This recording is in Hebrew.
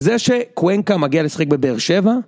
זה שקוונקה מגיע לשחק בבאר שבע?